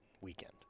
weekend